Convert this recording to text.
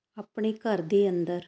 ਆਪਣੇ ਘਰ ਦੇ ਅੰਦਰ